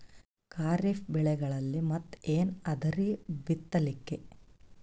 ಖರೀಫ್ ಬೆಳೆಗಳಲ್ಲಿ ಮತ್ ಏನ್ ಅದರೀ ಬಿತ್ತಲಿಕ್?